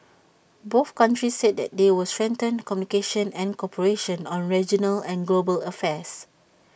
both countries said that they will strengthen communication and cooperation on regional and global affairs